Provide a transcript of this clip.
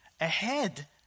ahead